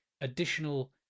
additional